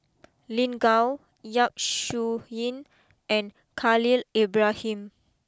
Lin Gao Yap Su Yin and Khalil Ibrahim